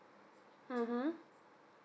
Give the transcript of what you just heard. mmhmm